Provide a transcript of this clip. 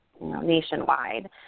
nationwide